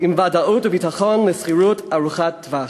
עם ודאות וביטחון לשכירות ארוכת-טווח.